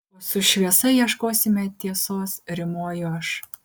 o su šviesa ieškosime tiesos rimuoju aš